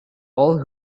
all